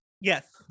yes